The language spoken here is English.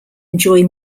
enjoy